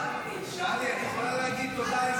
טלי, את יכולה להגיד תודה,